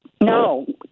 No